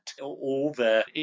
over